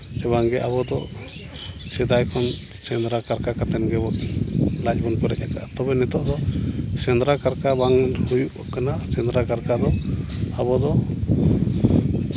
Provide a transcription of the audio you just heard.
ᱥᱮ ᱵᱟᱝᱜᱮ ᱟᱵᱚ ᱫᱚ ᱥᱮᱫᱟᱭ ᱠᱷᱚᱱ ᱥᱮᱸᱫᱽᱨᱟ ᱠᱟᱨᱠᱟ ᱠᱟᱛᱮ ᱜᱮᱵᱚ ᱞᱟᱡ ᱵᱚᱱ ᱯᱮᱨᱮᱡ ᱠᱟᱜᱼᱟ ᱛᱚᱵᱮ ᱱᱤᱛᱚᱜ ᱫᱚ ᱥᱮᱸᱫᱽᱨᱟ ᱠᱟᱨᱠᱟ ᱵᱟᱝ ᱦᱩᱭᱩᱜ ᱠᱟᱱᱟ ᱥᱮᱸᱫᱽᱨᱟ ᱠᱟᱨᱠᱟ ᱫᱚ ᱟᱵᱚ ᱫᱚ